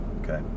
okay